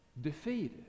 defeated